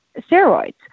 steroids